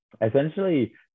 essentially